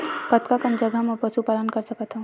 कतका कन जगह म पशु पालन कर सकत हव?